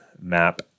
map